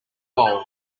bowl